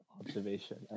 observation